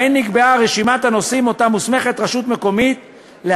שבהן נקבעה רשימת הנושאים שרשות מקומית מוסמכת